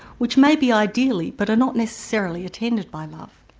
which may be ideally, but are not necessarily attended by love.